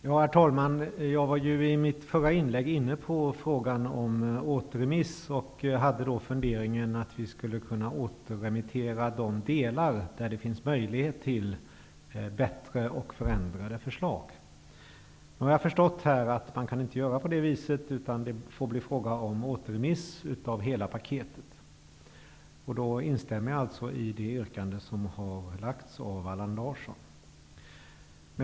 Herr talman! I mitt förra inlägg var jag inne på frågan om återremiss. Jag hade då funderingen att vi skulle kunna återremittera de delar där det finns möjlighet till bättre och förändrade förslag. Nu har jag förstått att man inte kan göra på det viset, utan att det måste bli frågan om återremiss av hela paket. Jag instämmer alltså i Allan Larssons yrkande.